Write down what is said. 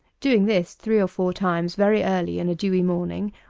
doing this three or four times very early in a dewy morning,